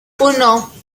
uno